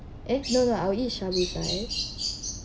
eh no lah I'll eat shabushi